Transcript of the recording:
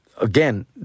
again